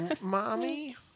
Mommy